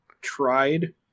tried